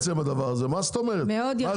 הדבר הזה הוא התפקיד של המדינה.